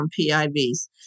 PIVs